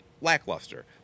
lackluster